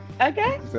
okay